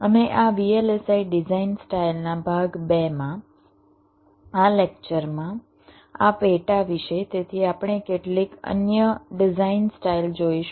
અને આ VLSI design સ્ટાઈલના ભાગ બે માં આ લેક્ચરમાં આ પેટાવિષય તેથી આપણે કેટલીક અન્ય ડિઝાઇન સ્ટાઈલ જોઈશું